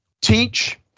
teach